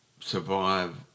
survive